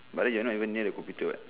but then you are not even near the computer [what]